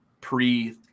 pre